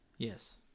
Yes